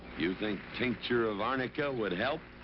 you think tincture of arnica would help?